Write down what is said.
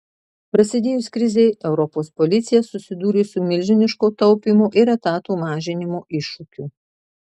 prasidėjus krizei europos policija susidūrė su milžiniško taupymo ir etatų mažinimo iššūkiu